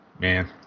Man